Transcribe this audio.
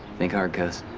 think hard, cuz.